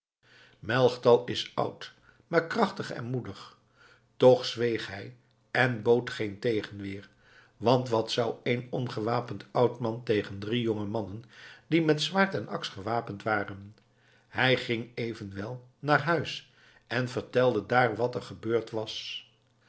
melchtal is oud maar krachtig en moedig toch zweeg hij en bood geen tegenweer want wat zou één ongewapend oud man tegen drie jonge mannen die met zwaard en aks gewapend waren hij ging evenwel naar huis en vertelde daar wat er gebeurd was